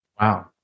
Wow